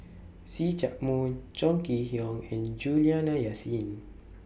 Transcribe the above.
See Chak Mun Chong Kee Hiong and Juliana Yasin